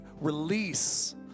release